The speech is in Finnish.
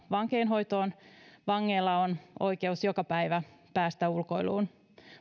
vankeinhoitoon vangeilla on oikeus joka päivä päästä ulkoiluun